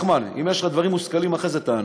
נחמן, אם יש לך דברים מושכלים, אחרי זה תענה.